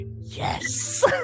Yes